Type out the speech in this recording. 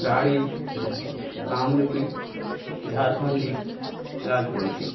Rarhi Kamrupi Jharkhandi Rajbanshi